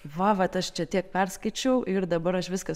va vat aš čia tiek perskaičiau ir dabar aš viską